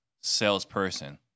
salesperson